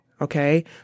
Okay